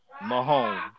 Mahomes